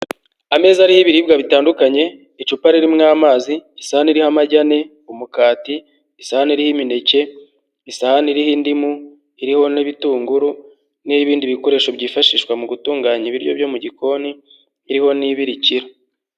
Ameza ariho ibiribwa bitandukanye, icupa ririmwo amazi, isahani iriho amagi ane, umukati, isahani iriho imineke, isahani iriho indimu, iriho n'ibitunguru n'iy'ibindi bikoresho byifashishwa mu gutunganya ibiryo byo mu gikoni, iriho n'ibirikira.